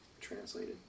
translated